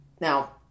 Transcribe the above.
Now